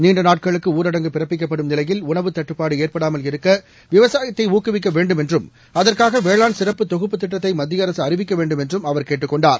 நீண்டநாட்களுக்குஊரடங்கு பிறப்பிக்கப்படும் உணவு தட்டுப்பாடுஏற்படாமல் நிலையில் இருக்கவிவசாயத்தைஊக்குவிக்கவேண்டும் என்றம் அதற்காகவேளான் சிறப்பு கொகுப்பு திட்டத்தைமத்தியஅரசுஅறிவிக்கவேண்டும் என்றும் அவர் கேட்டுக் கொண்டார்